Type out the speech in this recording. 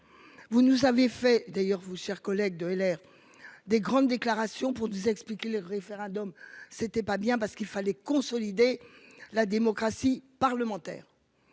Vous nous avez fait d'ailleurs vous chers collègues de l'air des grandes déclarations pour 10 explique le référendum, c'était pas bien parce qu'il fallait consolider la démocratie parlementaire.